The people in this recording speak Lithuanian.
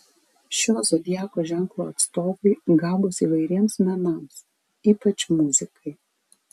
šio zodiako ženklo atstovai gabūs įvairiems menams ypač muzikai